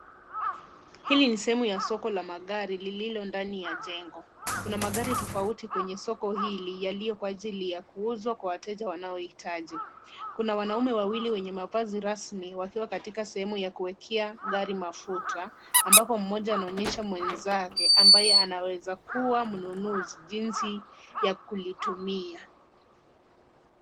Hili ni sehemu ya soko la magari lililo ndani ya jengo. Kuna magari tofauti kwenye soko hili yaliyo kwa ajili ya kuuzwa kwa wateja wanaohitaji. Kuna wanaume wawili wenye mavazi rasmi wakiwa katika sehemu ya kuwekea gari mafuta ambapo mmoja anaonyesha mwenzake ambaye anaweza kuwa mnunuzi jinsi ya kulitumia.